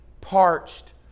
parched